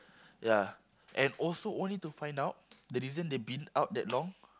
ya and also only to find out the reason they been out that long